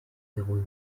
zéro